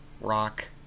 Rock